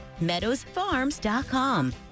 MeadowsFarms.com